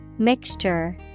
Mixture